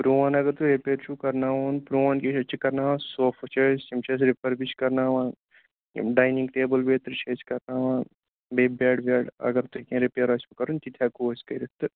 پرٛون اگر تۄہہِ رٔپیر چھُو کَرناوُن پرٛون أسۍ حظ چھِ کَرناوان صوفہٕ چھِ اَسہِ یِم چھِ أسۍ رٔپیر تہِ چھِ کَرناوان یِم ڈایِنِنٛگ ٹیبٕل بیٚترِ چھِ أسۍ کَرناوان بیٚیہِ بٮ۪ڈ وٮ۪ڈ اگر تۄہہِ کیٚنہہ رٔپیر آسِوٕ کَرُن تِتہِ ہٮ۪کو أسۍ کٔرِتھ تہٕ